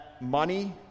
money